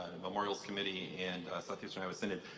memorials committee and southeastern iowa synod.